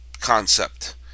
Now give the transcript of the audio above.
concept